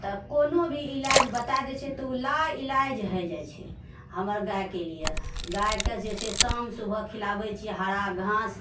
तऽ कोनो भी इलाज बताए दए छै तऽ ओ ला इलाज भए जाइत छै हमर गायके लिअऽ गायके जे छै शाम सुबह खिलाबै छिऐ हरा घास